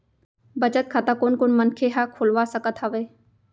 बचत खाता कोन कोन मनखे ह खोलवा सकत हवे?